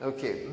Okay